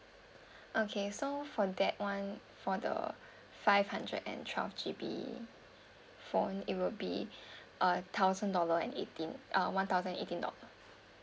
okay so for that one for the five hundred and twelve G_B phone it will be uh thousand dollar and eighteen uh one thousand eighteen dollar